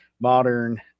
modern